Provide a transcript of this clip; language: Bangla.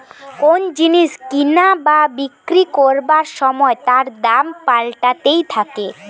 কোন জিনিস কিনা বা বিক্রি করবার সময় তার দাম পাল্টাতে থাকে